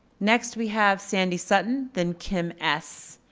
next, we have sandy sutton then kim s.